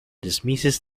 dismisses